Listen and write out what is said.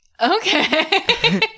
Okay